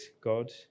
God